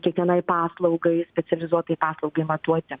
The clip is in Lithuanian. kiekvienai paslaugai specializuotai paslaugai matuoti